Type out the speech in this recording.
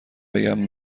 بگم